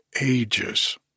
ages